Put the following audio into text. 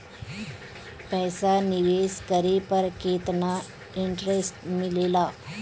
पईसा निवेश करे पर केतना इंटरेस्ट मिलेला?